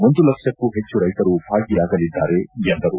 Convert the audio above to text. ಒಂದು ಲಕ್ಷಕ್ಕೂ ಹೆಚ್ಚು ರೈತರು ಭಾಗಿಯಾಗಲಿದ್ದಾರೆ ಎಂದರು